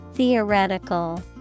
Theoretical